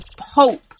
hope